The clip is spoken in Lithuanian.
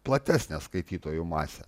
platesnę skaitytojų masę